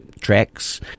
tracks